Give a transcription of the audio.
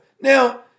Now